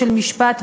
של משפט,